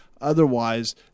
Otherwise